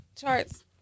charts